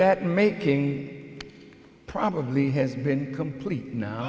it probably has been complete no